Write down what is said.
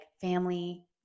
family